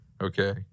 okay